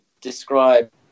describe